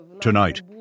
Tonight